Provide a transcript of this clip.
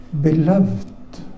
beloved